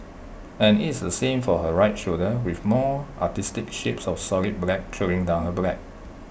and IT is the same for her right shoulder with more artistic shapes of solid black trailing down her black